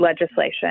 legislation